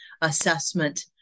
assessment